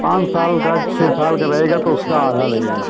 पाँच साल का छः साल का रहेगा तो उसका आधा लगेगा